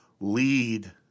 lead